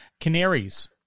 canaries